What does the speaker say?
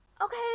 okay